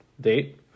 date